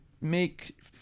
make